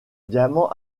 diamant